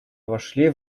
вошли